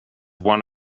one